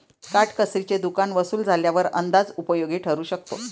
काटकसरीचे दुकान वसूल झाल्यावर अंदाज उपयोगी ठरू शकतो